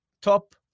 top